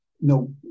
no